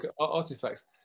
artifacts